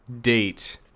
date